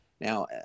now